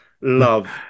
love